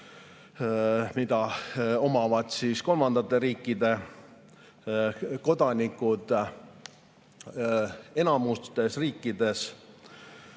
mida omavad kolmandate riikide kodanikud. Enamikus riikides